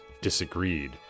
disagreed